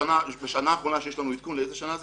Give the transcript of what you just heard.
השנה האחרונה שיש לנו עדכון לאיזה שנה זה?